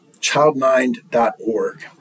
childmind.org